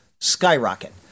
skyrocket